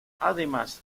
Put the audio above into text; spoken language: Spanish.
además